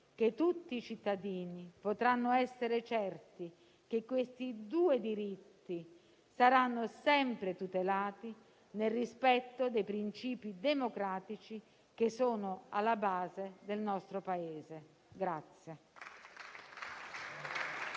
che tutti i cittadini potranno essere certi che questi due diritti saranno sempre tutelati nel rispetto dei principi democratici che sono alla base del nostro Paese.